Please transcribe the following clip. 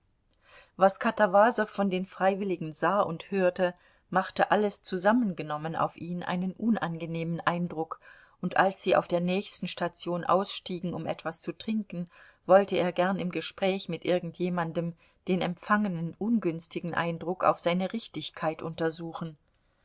was katawasow von den freiwilligen sah und hörte machte alles zusammengenommen auf ihn einen unangenehmen eindruck und als sie auf der nächsten station ausstiegen um etwas zu trinken wollte er gern im gespräch mit irgend jemandem den empfangenen ungünstigen eindruck auf seine richtigkeit untersuchen